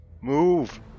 Move